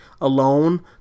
alone